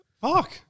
Fuck